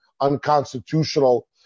unconstitutional